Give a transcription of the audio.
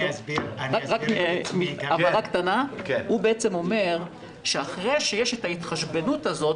רק הבהרה קטנה: הוא אומר שאחרי שיש את ההתחשבנות הזאת,